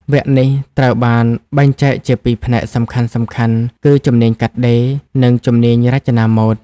វគ្គនេះត្រូវបានបែងចែកជាពីរផ្នែកសំខាន់ៗគឺ ជំនាញកាត់ដេរ និងជំនាញរចនាម៉ូដ។